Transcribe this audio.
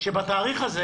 שבתאריך הזה